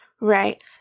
Right